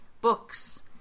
books